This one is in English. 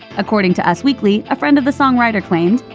according to us weekly, a friend of the songwriter claimed,